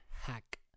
Hack